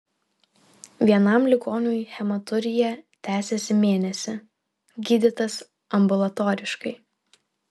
vienam ligoniui hematurija tęsėsi mėnesį gydytas ambulatoriškai